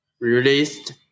released